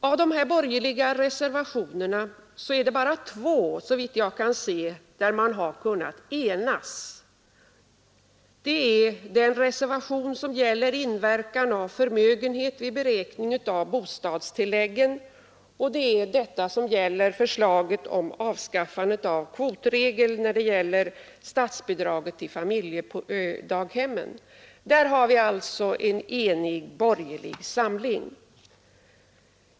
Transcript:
Av de borgerliga reservationerna är det såvitt jag kan se bara två där man har kunnat enas, nämligen den reservation som gäller inverkan av förmögenhet vid beräkningen av bostadstilläggen och den som gäller förslaget om avskaffande av kvotregeln beträffande statsbidraget till familjedaghem. Där har vi en enig borgerlig samling.